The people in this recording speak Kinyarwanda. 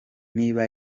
niba